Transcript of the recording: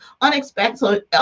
unexpected